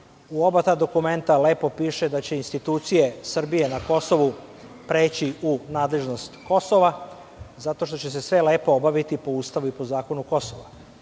U ta oba dokumenta piše da će institucije Srbije na Kosovu preći u nadležnost Kosova zato što će se sve lepo obaviti po ustavu i po zakonu Kosova. Konačno